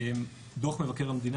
דו"ח מבקר המדינה,